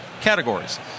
categories